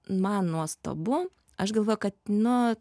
man nuostabu aš galvojau kad nu